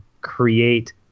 create